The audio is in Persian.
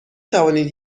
توانید